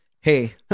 Hey